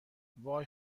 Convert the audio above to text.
وای